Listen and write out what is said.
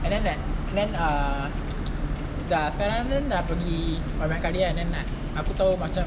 and then that that err dah sekarang kan dah pergi banyak-banyak kali kan then nak aku tahu macam